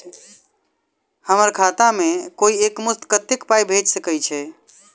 हम्मर खाता मे कोइ एक मुस्त कत्तेक पाई भेजि सकय छई?